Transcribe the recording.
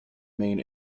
main